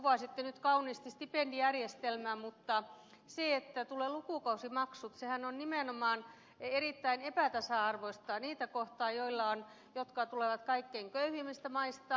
kuvasitte nyt kauniisti stipendijärjestelmää mutta sehän että tulee lukukausimaksut on nimenomaan erittäin epätasa arvoista niitä kohtaan jotka tulevat kaikkein köyhimmistä maista